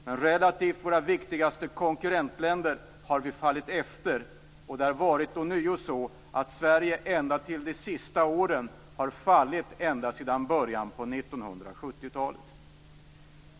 Men relativt våra viktigaste konkurrentländer har vi kommit efter, och det har ånyo varit så att Sverige ända till de sista åren har fallit ända sedan början av 1970-talet.